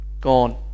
Gone